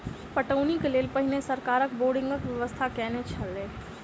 पटौनीक लेल पहिने सरकार बोरिंगक व्यवस्था कयने छलै